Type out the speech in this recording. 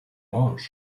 mars